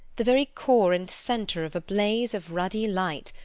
the very core and centre of a blaze of ruddy light,